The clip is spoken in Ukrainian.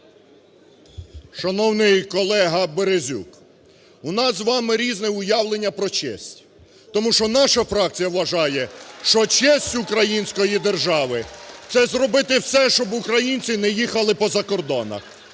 Шановний колега Березюк! У нас з вами різне уявлення про честь. Тому що наша фракція вважає, що честь української держави – це зробити все, щоб українці не їхали по закордонах.